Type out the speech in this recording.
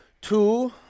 Two